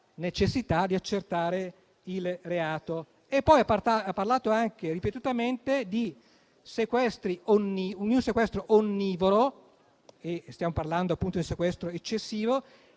necessità di accertare il reato. Ha parlato anche ripetutamente di un sequestro onnivoro - stiamo parlando appunto di un sequestro eccessivo